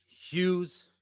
Hughes